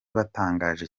batangaje